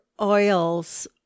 oils